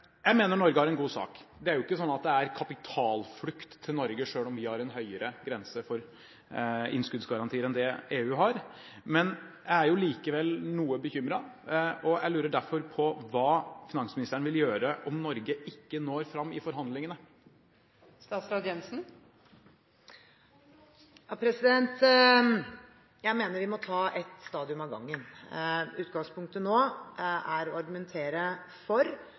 Jeg mener Norge har en god sak. Det er ikke sånn at det er kapitalflukt til Norge selv om vi har en høyere grense for innskuddsgarantier enn det EU har. Men jeg er likevel noe bekymret, og jeg lurer derfor på hva finansministeren vil gjøre om Norge ikke når fram i forhandlingene. Jeg mener vi må ta ett stadium av gangen. Utgangspunktet nå er å argumentere for